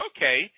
Okay